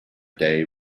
day